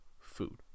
food